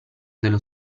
dello